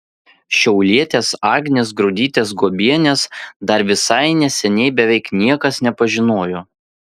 šiaulietės agnės grudytės guobienės dar visai neseniai beveik niekas nepažinojo